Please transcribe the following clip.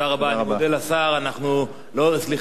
תודה רבה.